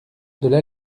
delà